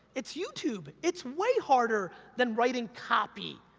it's youtube, it's way harder than writing copy,